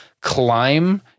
climb